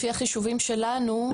לפי החישובים שלנו,